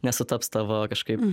nesutaps tavo kažkaip